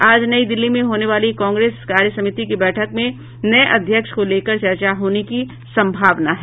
आज नई दिल्ली में होने वाली कांग्रेस कार्य समिति की बैठक में नया अध्यक्ष को लेकर चर्चा होने की सम्भावना है